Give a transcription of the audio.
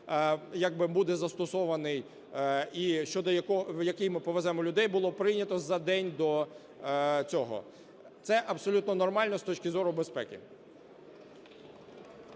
буде застосований і в який ми повеземо людей, було прийнято за день до цього. Це абсолютно нормально з точки зору безпеки.